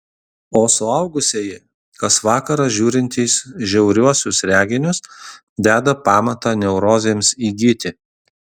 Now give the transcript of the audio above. o suaugusieji kas vakarą žiūrintys žiauriuosius reginius deda pamatą neurozėms įgyti